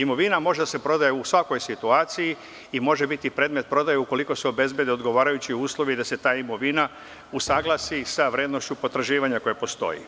Imovina može da se prodaje u svakoj situaciji i može biti predmet prodaje ukoliko se obezbede odgovarajući uslovi da se ta imovina usaglasi sa vrednošću potraživanja koja postoji.